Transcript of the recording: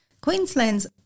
Queensland's